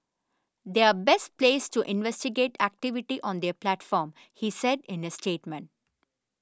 they are best placed to investigate activity on their platform he said in a statement